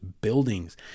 buildings